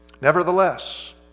Nevertheless